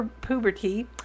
puberty